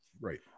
Right